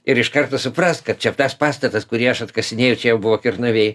ir iš karto suprast kad čia tas pastatas kurį aš atkasinėjau čia buvo kernavėj